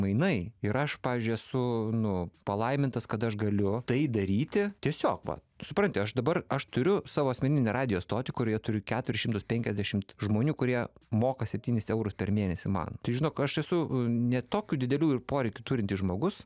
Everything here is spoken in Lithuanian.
mainai ir aš pavyzdžiui esu nu palaimintas kad aš galiu tai daryti tiesiog va supranti aš dabar aš turiu savo asmeninę radijo stotį kurioje turiu keturis šimtus penkiasdešimt žmonių kurie moka septynis eurų per mėnesį man tai žinok aš esu ne tokių didelių ir poreikių turintis žmogus